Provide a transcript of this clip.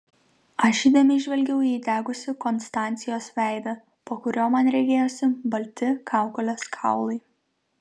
aš įdėmiai žvelgiau į įdegusį konstancijos veidą po kuriuo man regėjosi balti kaukolės kaulai